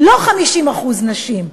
לא 50% נשים,